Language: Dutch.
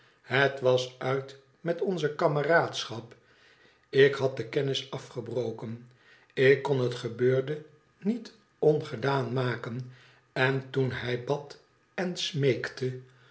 het was uit met onze kameraadschap ik had de kennis afgebroken ik kon het gebeurde niet ongedaan maken en toen hij bad en smeekte